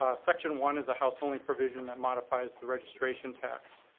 ah section one is the house only provision that modifies the registration tax.